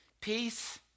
peace